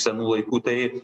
senų laikų tai